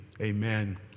Amen